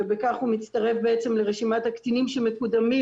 ובכך הוא מצטרף בעצם לרשימת הקצינים שמקודמים